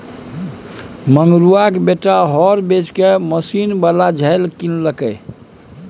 मंगरुआक बेटा हर बेचिकए मशीन बला झालि किनलकै